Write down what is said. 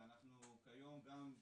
אנחנו כיום גם,